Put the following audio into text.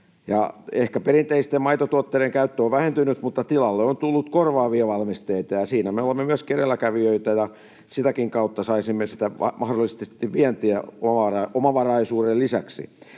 Ehkä perinteisten maitotuotteiden käyttö on vähentynyt, mutta tilalle on tullut korvaavia valmisteita, ja siinä me olemme myöskin edelläkävijöitä. Sitäkin kautta saisimme mahdollisesti vientiä omavaraisuuden lisäksi.